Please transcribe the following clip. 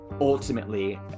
ultimately